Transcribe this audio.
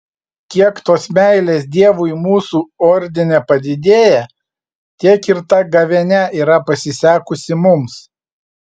kiek tos meilės dievui mūsų ordine padidėja tiek ir ta gavėnia yra pasisekusi mums